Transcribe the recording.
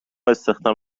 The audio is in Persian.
استخدام